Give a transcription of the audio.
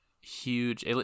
huge